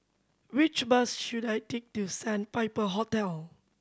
which bus should I take to Sandpiper Hotel